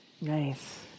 Nice